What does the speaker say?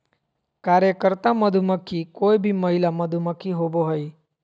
कार्यकर्ता मधुमक्खी कोय भी महिला मधुमक्खी होबो हइ